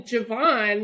Javon